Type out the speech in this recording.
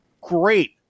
great